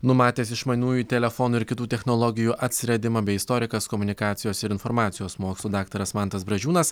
numatęs išmaniųjų telefonų ir kitų technologijų atsiradimą bei istorikas komunikacijos ir informacijos mokslų daktaras mantas bražiūnas